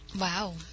Wow